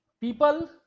people